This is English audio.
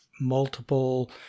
multiple